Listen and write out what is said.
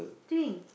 thing